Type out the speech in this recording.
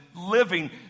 living